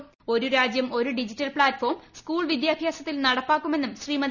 ഒരു രാജ്യം ഒരു ഡിജിറ്റൽ പ്ലാറ്റ്ഫോം സ്കൂൾ വിദ്യാഭ്യാസത്തിൽ നടപ്പാക്കുമെന്നും ശ്രീമതി